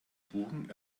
buchen